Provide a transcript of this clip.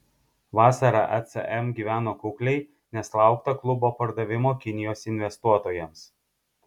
vasarą acm gyveno kukliai nes laukta klubo pardavimo kinijos investuotojams